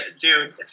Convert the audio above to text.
Dude